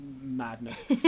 madness